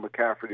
McCaffrey